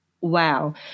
wow